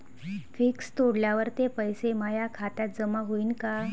Fix तोडल्यावर ते पैसे माया खात्यात जमा होईनं का?